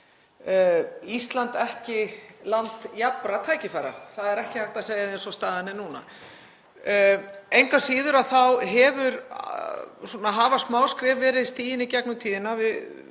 Ísland er ekki land jafnra tækifæra. Það er ekki hægt að segja það eins og staðan er núna. Engu að síður hafa smá skref verið stigin í gegnum tíðina.